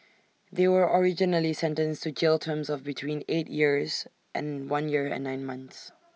they were originally sentenced to jail terms of between eight years and one year and nine months